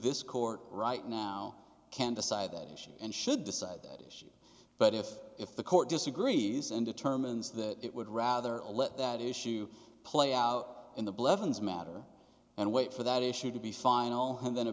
this court right now can decide that it should and should decide that issue but if if the court disagrees and determines that it would rather let that issue play out in the blevins matter and wait for that issue to be final and then a